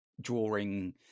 drawing